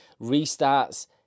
restarts